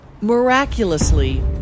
Miraculously